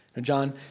John